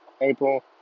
April